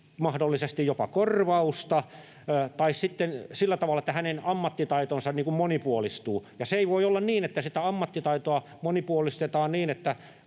mahdollisesti jopa korvausta, tai sitten sillä tavalla, että hänen ammattitaitonsa monipuolistuu. Ja ei voi olla niin, että sitä ammattitaitoa monipuolistetaan niin,